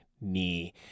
knee